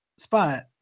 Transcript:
spot